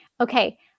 Okay